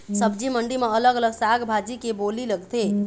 सब्जी मंडी म अलग अलग साग भाजी के बोली लगथे